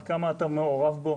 עד כמה אתה מעורב בו,